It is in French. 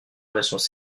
relations